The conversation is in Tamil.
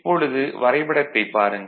இப்பொழுது வரைபடத்தைப் பாருங்கள்